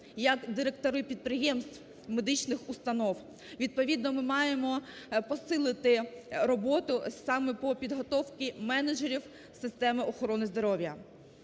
як директори підприємств медичних установ. Відповідно ми маємо посилити роботу саме по підготовці менеджерів системи охорони здоров'я.